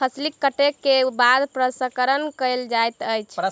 फसिल कटै के बाद प्रसंस्करण कयल जाइत अछि